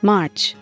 March